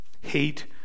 Hate